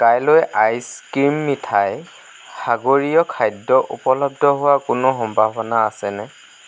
কাইলৈ ice cream মিঠাই সাগৰীয় খাদ্য উপলব্ধ হোৱাৰ কোনো সম্ভাৱনা আছেনে